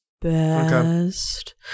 best